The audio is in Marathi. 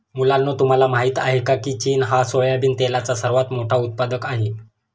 मुलांनो तुम्हाला माहित आहे का, की चीन हा सोयाबिन तेलाचा सर्वात मोठा उत्पादक आहे